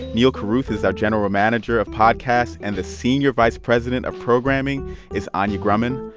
neal carruth is our general manager of podcasts. and the senior vice president of programming is anya grundmann.